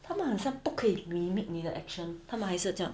他们很像不可以 remake 你的 action 他们还是这样